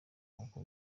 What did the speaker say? nk’uko